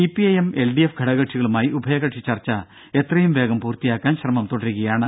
CPIM LDF കക്ഷികളുമായി ഉഭയകക്ഷി ചർച്ച എത്രയും വേഗം പൂർത്തിയാക്കാൻ ശ്രമം തുടരുകയാണ്